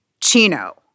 Chino